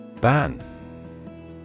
BAN